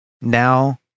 Now